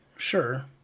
Sure